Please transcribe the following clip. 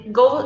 go